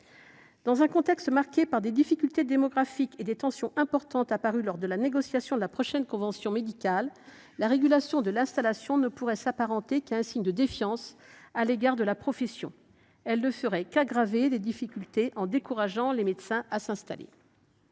Dans un contexte marqué par des difficultés démographiques et par des tensions importantes, lesquelles sont apparues lors de la négociation de la prochaine convention médicale, la régulation de l’installation ne pourrait s’apparenter qu’à un signe de défiance à l’égard de la profession. Elle ne ferait qu’aggraver les difficultés en décourageant les médecins à s’installer.